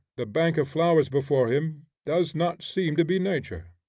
the bank of flowers before him, does not seem to be nature.